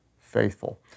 faithful